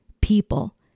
people